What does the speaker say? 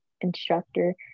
instructor